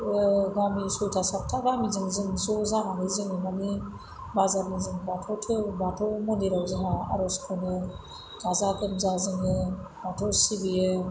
गामि सयता सात्ता गामिजों जों ज' जानानै जोङो मानि बाजारनि बाथौ धोरोम बाथौ मन्दिराव जोंहा आर'ज खनो गाजा गोमजा जोङो बाथौ सिबियो